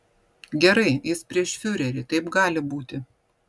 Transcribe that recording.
gerai jis prieš fiurerį taip gali būti